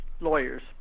lawyers